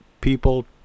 people